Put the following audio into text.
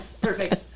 Perfect